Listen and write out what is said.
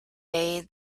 day